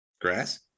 grass